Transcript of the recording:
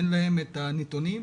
אין להם את הנתונים?